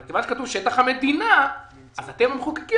אבל כיוון שכתוב "שטח המדינה" אז אתם המחוקקים